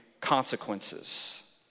consequences